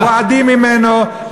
אתם רועדים ממנו,